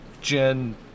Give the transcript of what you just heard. Jen